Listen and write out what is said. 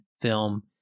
film